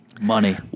money